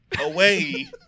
away